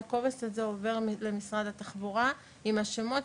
הקובץ הזה עובר למשרד התחבורה עם השמות,